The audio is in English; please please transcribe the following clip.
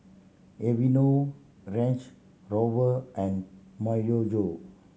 Aveeno Range Rover and Myojo